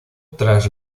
tras